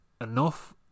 enough